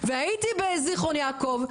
והייתי בזיכרון יעקב,